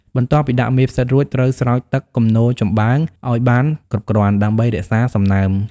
បន្ទាប់ពីដាក់មេផ្សិតរួច ត្រូវស្រោចទឹកគំនរចំបើងឲ្យបានគ្រប់គ្រាន់ ដើម្បីរក្សាសំណើម។